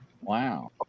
Wow